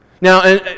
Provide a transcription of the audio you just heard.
Now